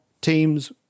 teams